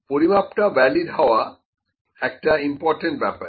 পরিমাপটা valid হওয়া একটা important ব্যাপার